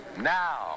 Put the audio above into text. Now